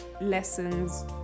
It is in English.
lessons